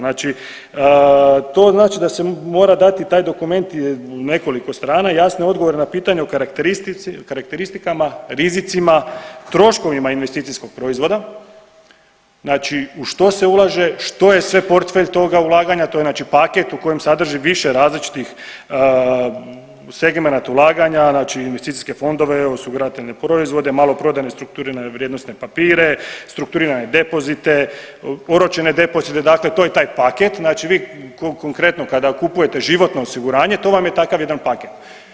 Znači, to znači da se mora dati taj dokument, nekoliko strana jasne odgovore na pitanja o karakteristici, o karakteristikama, rizicima, troškovima investicijskog proizvoda, znači u što se ulaže, što je sve portfelj toga ulaganja, to je znači paket u kojem sadrži više različitih … [[Govornik se ne razumije]] ulaganja znači investicijske fondove, osigurateljne proizvode, maloprodajne strukturirane vrijednosne papire, strukturirane depozite, oročene depozite, dakle to je taj paket, znači vi konkretno kada kupujete životno osiguranje to vam je takav jedan paket.